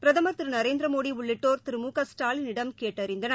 பிரதம் திருநரேந்திரமோடிஉள்ளிட்டோர் திரு மு க ஸ்டானிடம் கேட்டறிந்தனர்